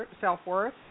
self-worth